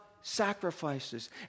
sacrifices